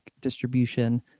distribution